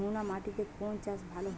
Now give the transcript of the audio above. নোনা মাটিতে কোন চাষ ভালো হয়?